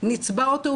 נצבע אותו,